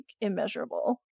immeasurable